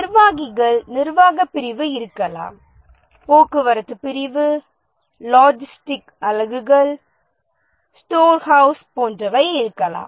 நிர்வாகிகள் நிர்வாக பிரிவு இருக்கலாம் போக்குவரத்து பிரிவு லாஜிஸ்டிக் அலகுகள் ஸ்டோர் ஹவுஸ் போன்றவை இருக்கலாம்